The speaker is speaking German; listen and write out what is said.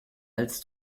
als